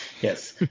Yes